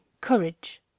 Courage